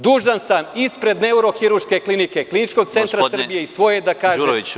Dužan sam ispred neurohirurške klinike Kliničkog centra Srbije i svoje ime da kažem…